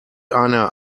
eine